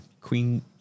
queen